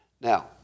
Now